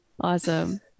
awesome